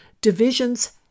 divisions